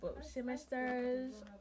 semesters